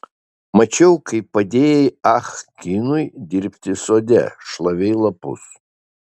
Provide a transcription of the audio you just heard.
mačiau kaip padėjai ah kinui dirbti sode šlavei lapus